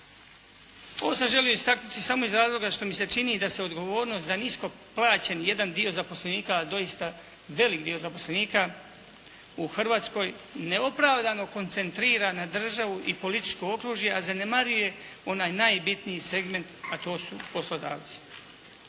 Ovo sam želio istaknuti samo iz razloga što mi se čini da se odgovornost za nisko plaćen jedan dio zaposlenika doista velik dio zaposlenika u Hrvatskoj neopravdano koncentrira na državu i političko okružje a zanemaruje onaj najbitniji segment a to su poslodavci.